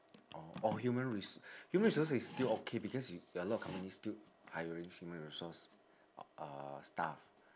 or or human res~ human resource is still okay because a lot of companies still hiring human resource uh staff